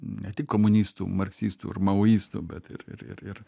ne tik komunistų marksistų ir maoistų bet ir ir ir